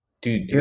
dude